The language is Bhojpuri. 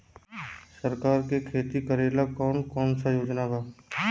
सरकार के खेती करेला कौन कौनसा योजना बा?